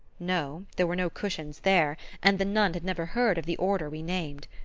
no, there were no cushions there and the nun had never heard of the order we named.